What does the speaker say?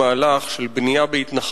המהלך הזה כולו הוא מהלך של בנייה בהתנחלויות,